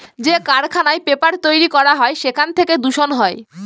যে কারখানায় পেপার তৈরী করা হয় সেখান থেকে দূষণ হয়